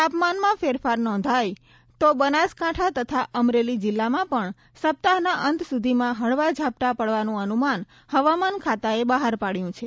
તાપમાનમાં ફેરફાર નોંધાય તો બનાસકાંઠા તથા અમરેલી જિલ્લામાં પણ સપ્તાહના અંત સુધીમાં હળવા ઝાપટાં પડવાનું અનુમાન હવામાન ખાતાએ બહાર પાડ્યું છે